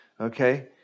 Okay